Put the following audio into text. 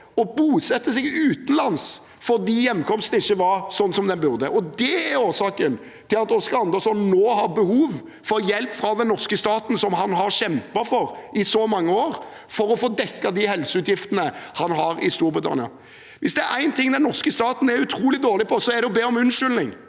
og bosette seg utenlands. Hjemkomsten var ikke sånn som den burde vært. Det er årsaken til at Oscar Anderson nå har behov for hjelp fra den norske staten, som han har kjempet for i så mange år, for å få dekket de helseutgiftene han har i Storbritannia. Hvis det er én ting den norske staten er utrolig dårlig på, er det å be om unnskyldning.